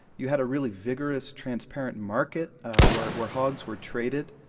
you had a really vigorous, transparent market where where hogs were traded.